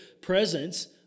presence